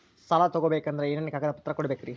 ಸಾಲ ತೊಗೋಬೇಕಂದ್ರ ಏನೇನ್ ಕಾಗದಪತ್ರ ಕೊಡಬೇಕ್ರಿ?